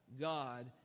God